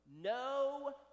No